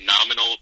nominal